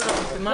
לא הבנתי.